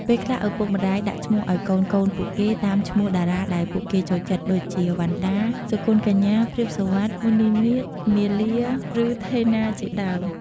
ពេលខ្លះឪពុកម្ដាយដាក់ឈ្មោះឱ្យកូនៗពួកគេ តាមឈ្មោះតារាដែលពួកគេចូលចិត្ត ដូចជា វ៉ាន់ដា សុគន្ធកញ្ញា ព្រាប សុវត្ថិ មុន្នីនាថ មាលា ឬ ថេណាជាដើម។